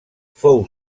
fou